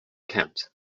kent